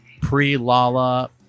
pre-Lala